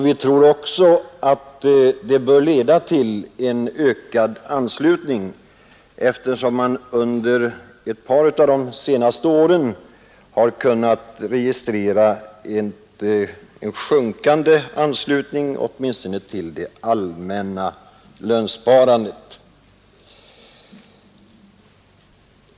Vi tror också att det bör leda till en ökad anslutning, eftersom man under ett par av de senaste åren har kunnat registrera en sjunkande anslutning åtminstone till det allmänna lönsparandet.